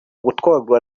gutwarwa